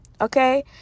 okay